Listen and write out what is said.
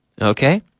Okay